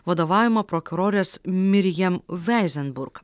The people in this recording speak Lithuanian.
vadovaujama prokurorės mirjam veizenburg